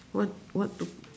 what what to